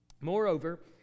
Moreover